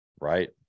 right